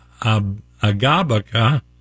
Agabaka